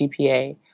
GPA